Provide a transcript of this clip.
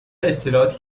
اطلاعاتی